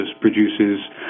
produces